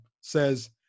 says